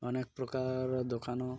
ଅନେକ ପ୍ରକାର ଦୋକାନ